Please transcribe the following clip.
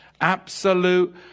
absolute